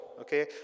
okay